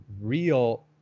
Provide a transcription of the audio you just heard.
real